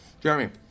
Jeremy